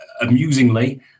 amusingly